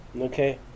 okay